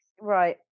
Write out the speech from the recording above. Right